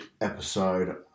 episode